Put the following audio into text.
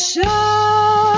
Show